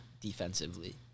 defensively